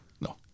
No